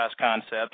concepts